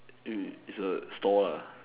eh it's a store lah